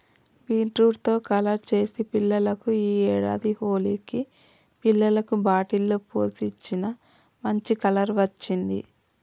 beetroot తో colour చేసి పిల్లలకు ఈ ఏడాది హోలికి పిల్లలకు బాటిల్ లో పోసి ఇచ్చిన, మంచి కలర్ వచ్చింది